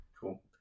Cool